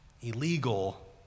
illegal